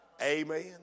Amen